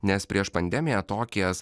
nes prieš pandemiją tokijas